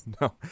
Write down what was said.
no